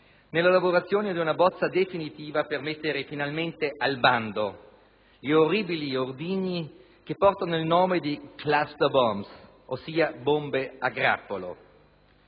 nell'elaborazione di una bozza definitiva per mettere finalmente al bando gli orribili ordigni che portano il nome di *cluster bombs*, ossia bombe a grappolo.